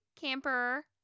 camper